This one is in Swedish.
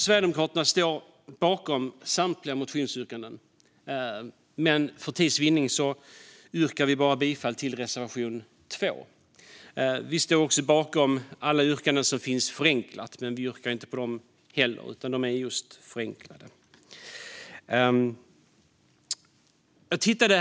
Sverigedemokraterna står bakom samtliga sina motionsyrkanden, men för tids vinning yrkar jag bifall enbart till reservation 2. Vi står också bakom alla yrkanden som finns för förenklad behandling, men vi yrkar inte bifall till dem heller. De är just förenklade.